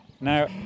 Now